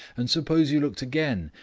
and suppose you looked again,